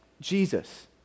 Jesus